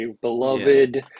beloved